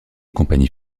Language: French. compagnies